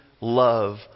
love